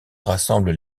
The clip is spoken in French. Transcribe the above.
rassemble